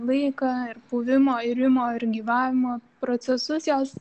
laiką ir puvimo irimo ir gyvavimo procesus jos